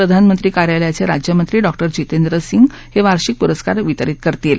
प्रधानमंत्री कार्यालयाचे राज्यमंत्री डॉक्टर जितेंद्र सिंग हे वार्षिक पुरस्कार वितरीत करतील